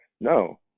No